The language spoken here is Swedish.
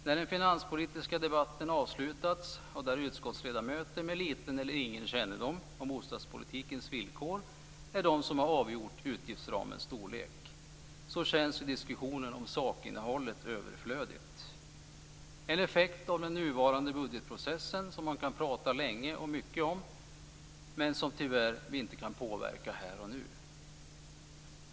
När den finanspolitiska debatten avslutats, där utskottsledamöter med liten eller ingen kännedom om bostadspolitikens villkor är de som har avgjort utgiftsramens storlek, känns diskussionen om sakinnehållet överflödig. Det är en effekt av den nuvarande budgetprocessen, som man kan prata länge och mycket om, men den kan vi tyvärr inte påverka här och nu.